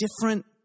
different